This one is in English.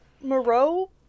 Moreau